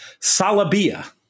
Salabia